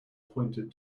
pointed